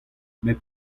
met